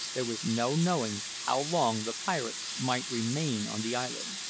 there was no knowing how long the pirates might remain on the island.